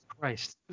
Christ